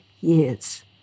years